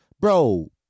bro